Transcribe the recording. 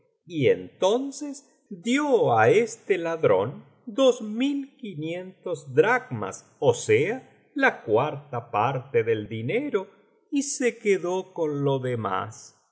y entonces dio á este ladrón dos mil quinientos dracmas ó sea la cuarta parte del dinero y se quedó con lo demás